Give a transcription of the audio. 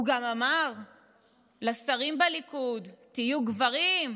הוא גם אמר לשרים בליכוד: תהיו גברים,